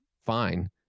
fine